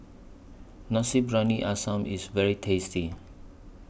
Nasi Briyani Ayam IS very tasty